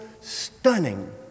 stunning